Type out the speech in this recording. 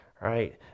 right